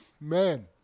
man